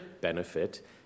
benefit